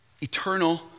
Eternal